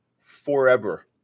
Forever